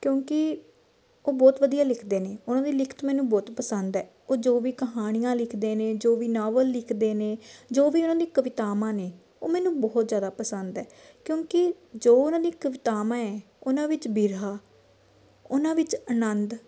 ਕਿਉਂਕੀ ਉਹ ਬਹੁਤ ਵਧੀਆ ਲਿਖਦੇ ਨੇ ਉਹਨਾਂ ਦੀ ਲਿਖਤ ਮੈਨੂੰ ਬਹੁਤ ਪਸੰਦ ਹੈ ਉਹ ਜੋ ਵੀ ਕਹਾਣੀਆਂ ਲਿਖਦੇ ਨੇ ਜੋ ਵੀ ਨਾਵਲ ਲਿਖਦੇ ਨੇ ਜੋ ਵੀ ਉਹਨਾਂ ਨੇ ਕਵਿਤਾਵਾਂ ਨੇ ਮੈਨੂੰ ਬਹੁਤ ਜ਼ਿਆਦਾ ਪਸੰਦ ਹੈ ਕਿਉਂਕਿ ਜੋ ਉਹਨਾਂ ਦੀ ਕਵਿਤਾਵਾਂ ਹੈ ਉਹਨਾਂ ਵਿੱਚ ਬਿਰਹਾ ਉਹਨਾਂ ਵਿੱਚ ਆਨੰਦ